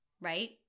right